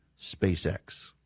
SpaceX